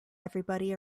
everybody